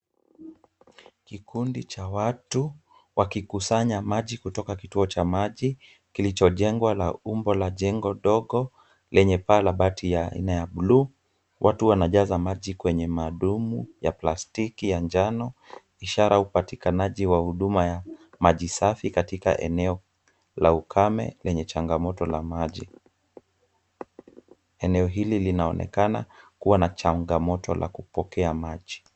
Kikundi cha watu, wakikusanya maji kutoka kituo cha maji kilichojengwa la umbo la jengo dogo lenye paa la bati ya aina ya buluu. Watu wanajaza maji kwenye madumu ya plastiki ya njano. Ishara upatikanaji wa huduma ya maji safi katika eneo la ukame lenye changamoto la maji. Eneo hili linaonekana kuwa na changamoto la kupokea maji.